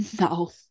no